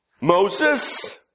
Moses